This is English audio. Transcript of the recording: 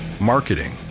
marketing